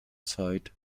zeit